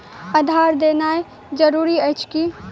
आधार देनाय जरूरी अछि की?